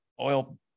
oil